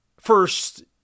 first